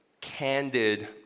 candid